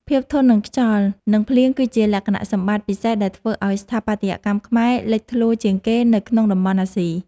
ភាពធន់នឹងខ្យល់ និង ភ្លៀងគឺជាលក្ខណៈសម្បត្តិពិសេសដែលធ្វើឱ្យស្ថាបត្យកម្មខ្មែរលេចធ្លោជាងគេនៅក្នុងតំបន់អាស៊ី។